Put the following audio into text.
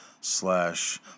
slash